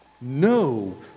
No